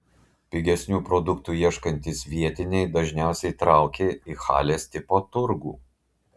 pigesnių produktų ieškantys vietiniai dažniausiai traukia į halės tipo turgų